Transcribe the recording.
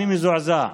אני מזועזע,